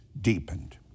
deepened